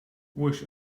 wish